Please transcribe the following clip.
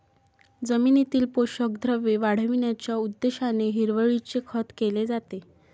जमिनीतील पोषक द्रव्ये वाढविण्याच्या उद्देशाने हिरवळीचे खत केले जाते